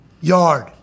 yard